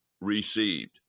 received